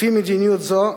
לפי מדיניות זו,